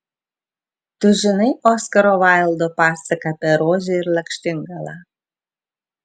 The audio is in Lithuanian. tu žinai oskaro vaildo pasaką apie rožę ir lakštingalą